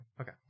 Okay